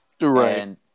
Right